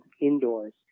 indoors